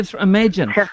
imagine